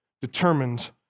determined